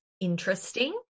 interesting